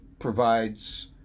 provides